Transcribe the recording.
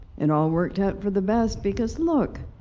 it all worked out for the best, because, look!